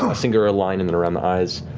um singular ah line and and around the eyes,